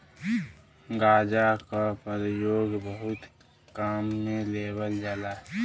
गांजा क परयोग बहुत काम में लेवल जाला